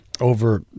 over